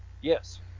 Yes